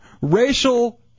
Racial